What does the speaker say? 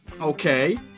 Okay